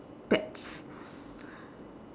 pets